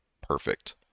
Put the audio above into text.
perfect